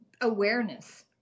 awareness